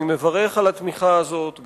אני מברך על התמיכה הזאת.